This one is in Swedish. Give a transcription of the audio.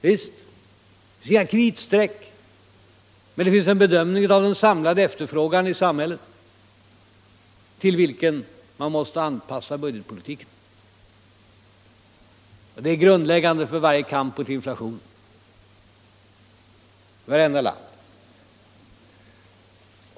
Visst — det finns inga kritstreck, men det finns en bedömning av den samlade efterfrågan i samhället till vilken man måste anpassa budgetpolitiken. Det är grundläggande för varje kamp mot inflationen i vartenda land.